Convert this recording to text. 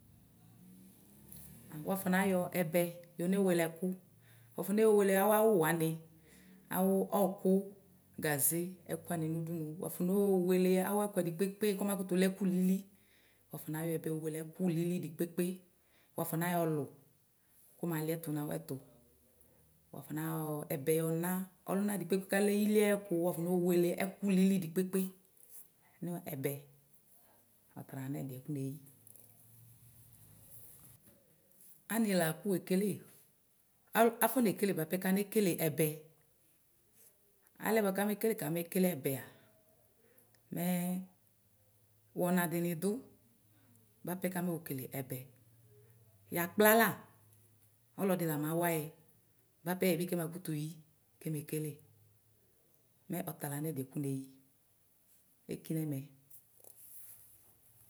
Wʋafɔ nayɔ ɛbɛ yɔne wele ɛkʋ. Wuafɔne wele awʋ awʋ wanɩ wanɩ gaze, ɔkʋ, ɛkʋ wanɩ nʋ ʋdʋnʋ wafɔne wele awʋ ɛkʋɛdɩ kpe kpe kɔma kʋtʋlɛ̭ ɛkʋ lili wafɔna yɔ ɛbɛ wele ɛkʋ lili dɩ kpekpe wafɔnayɔ lʋ kʋ malɩɛtʋ nʋ awʋɛtʋ wakɔna yɔ ɛbɛ na ɔlʋdɩ kalɛ ili ayɛkʋ ayɛkʋ nʋ ɛbɛ ɔtala nʋ ɛdiɛ kʋ neyi. Ani lakʋ wekele afɔne kele anii la bʋapɛ kane kele ɛbɛ. Alɛ kame kele kamekele ɛbɛaa mɛ wɔna dini dʋ bʋapɛ kamekele ɛbɛ yakpla la ɔlɔdi la mawayɛ bʋapɛ yɛbɩ kɛmakʋtʋ yi kemekele ɔtala nʋ ɛdiɛ kʋ neyi ekele mɛ.